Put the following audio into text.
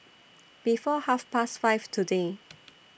before Half Past five today